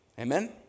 Amen